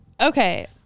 Okay